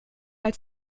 als